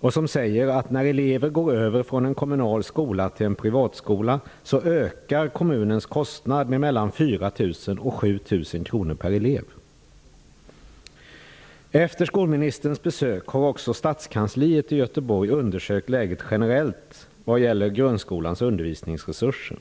och som säger att när elever går över från en kommunal skola till en privatskola ökar kommunens kostnad med mellan 4 000 kr och 7 000 Efter skolministerns besök har också stadskansliet i Göteborg undersökt läget generellt vad gäller grundskolans undervisningsresurser.